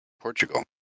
Portugal